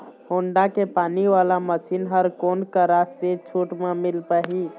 Honda के पानी वाला मशीन हर कोन करा से छूट म मिल पाही?